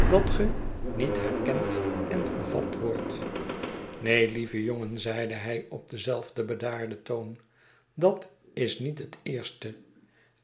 dat ge niet herkend en gevat wordt neen lieve jongen zeide hij op denzelfden bedaarden tocn dat is niet het eerste